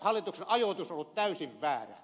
hallituksen ajoitus on ollut täysin väärä